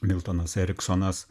miltonas eriksonas